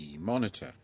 Monitor